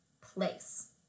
place